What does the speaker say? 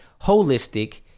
holistic